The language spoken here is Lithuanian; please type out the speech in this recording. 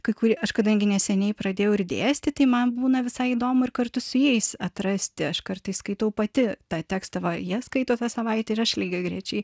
kai kur aš kadangi neseniai pradėjau ir dėstyti tai man būna visai įdomu ir kartu su jais atrasti aš kartais skaitau pati tą tekstąva jie skaito tas savaitę ir aš lygiagrečiai